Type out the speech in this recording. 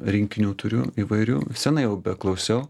rinkinių turiu įvairių senai jau beklausiau